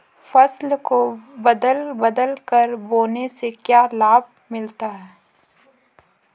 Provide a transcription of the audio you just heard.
फसल को बदल बदल कर बोने से क्या लाभ मिलता है?